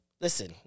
listen